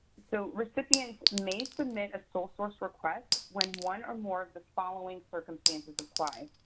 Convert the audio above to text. so recipients may submit a sole source request when one or more of the following circumstances apply.